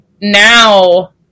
now